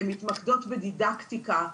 הן מתמקדות בדידקטיקה,